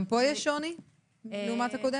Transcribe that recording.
גם פה יש שוני לעומת הקודם?